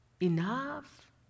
enough